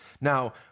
Now